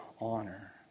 honor